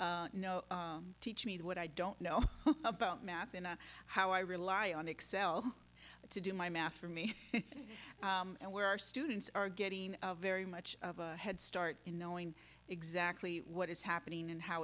me teach me what i don't know about math and how i rely on excel to do my math for me and where our students are getting very much of a head start in knowing exactly what is happening and how